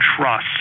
trust